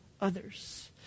others